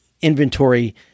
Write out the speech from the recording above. inventory